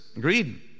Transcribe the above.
Greed